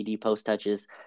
post-touches